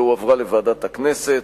והועברה לוועדת הכנסת.